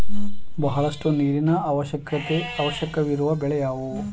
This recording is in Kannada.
ಬಹಳಷ್ಟು ನೀರಿನ ಅವಶ್ಯಕವಿರುವ ಬೆಳೆ ಯಾವುವು?